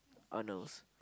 Arnold's